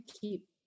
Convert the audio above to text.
keep